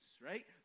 right